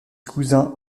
cousin